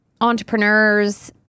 entrepreneurs